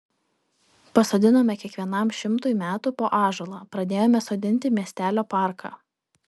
pasodinome kiekvienam šimtui metų po ąžuolą pradėjome sodinti miestelio parką